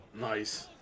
Nice